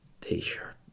t-shirt